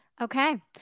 Okay